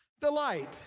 delight